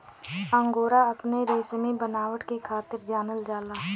angora अपने रेसमी बनावट के खातिर जानल जाला